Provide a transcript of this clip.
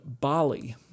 Bali